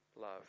love